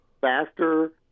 faster